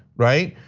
right?